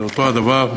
זה אותו הדבר.